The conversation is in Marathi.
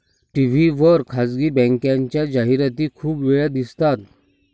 टी.व्ही वर खासगी बँकेच्या जाहिराती खूप वेळा दिसतात